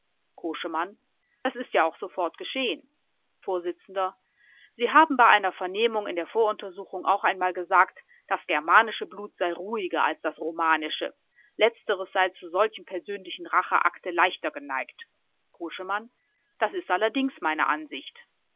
das ist ja auch sofort geschehen vors sie haben bei einer vernehmung in der voruntersuchung auch einmal gesagt das germanische blut sei ruhiger als das romanische letzteres sei zu solchem persönlichen racheakte leichter geneigt koschemann das ist allerdings meine ansicht